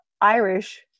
Irish